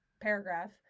paragraph